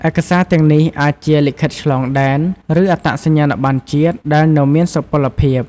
ឯកសារទាំងនេះអាចជា លិខិតឆ្លងដែន ឬ អត្តសញ្ញាណប័ណ្ណជាតិ ដែលនៅមានសុពលភាព។